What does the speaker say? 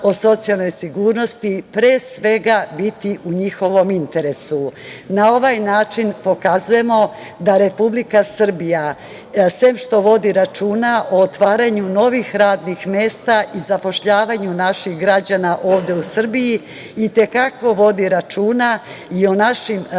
o socijalnoj sigurnosti pre svega biti u njihovom interesu. Na ovaj način pokazujemo da Republika Srbija, sem što vodi računa o otvaranju novih radnih mesta i zapošljavanju naših građana ovde u Srbiji, i te kako vodi računa i o našim radnicima